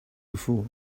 before